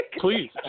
Please